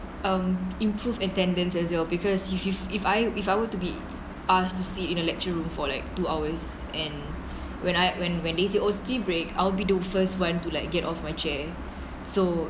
um improve attendance as well because usually if I if I were to be asked to see in the lecture room for like two hours and when I when when they say oh it's tea break I'll be the first [one] to like get off my chair